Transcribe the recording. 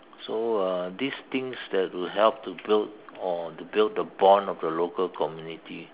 so uh these things that will help to build or to build the bond of the local community